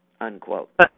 unquote